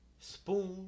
spoon